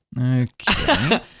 Okay